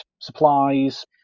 supplies